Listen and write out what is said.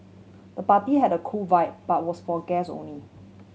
the party had a cool vibe but was for guest only